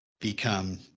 become